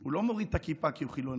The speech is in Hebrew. הוא לא מוריד את הכיפה כי הוא חילוני,